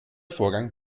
vorgang